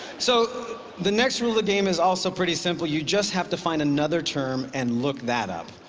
so the next rule of the game is also pretty simple. you just have to find another term and look that up.